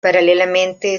paralelamente